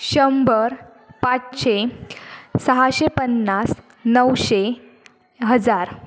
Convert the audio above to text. शंभर पाचशे सहाशे पन्नास नऊशे हजार